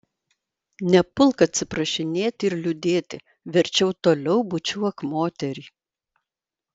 nepulk atsiprašinėti ir liūdėti verčiau toliau bučiuok moterį